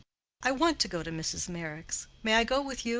i want to go to mrs. meyrick's may i go with you?